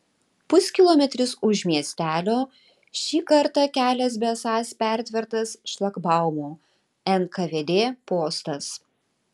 puskilometris už miestelio šį kartą kelias besąs pertvertas šlagbaumu nkvd postas